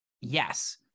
Yes